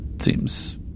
seems